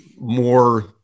more